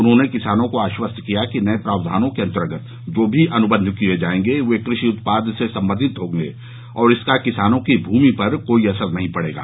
उन्होंने किसानों को आश्वस्त किया कि नये प्रावधानों के अन्तर्गत जो भी अनुबंध किये जायेंगे वे कृषि उत्पाद से संबंधित होंगे और इसका किसानों की भूमि पर कोई असर नहीं पड़ेगा